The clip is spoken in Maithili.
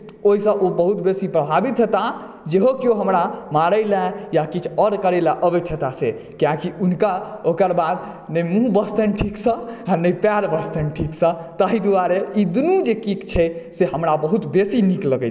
ओहि सॅं ओ बहुत बेसी प्रभावित हेताह जेहो केओ हमरा मारय लेल या किछु आओर करय लेल अबैत हेताह से कियाकि हुनका ओकरबाद नहि मुँह बचतनि ठीक सॅं आ नहि पैर बचतनि ठीक सॅं तहि दुआरे ई दुनू जे किक छै से हमरा बहुत बेसी नीक लगैया